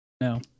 No